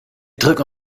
drücken